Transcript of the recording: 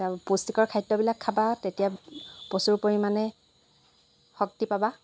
পুষ্টিকৰ খাদ্যবিলাক খাবা তেতিয়া প্ৰচুৰ পৰিমাণে শক্তি পাবা